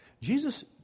Jesus